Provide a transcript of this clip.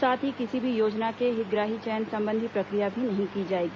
साथ ही किसी भी योजना के हितग्राही चयन संबंधी प्रक्रिया भी नहीं की जाएगी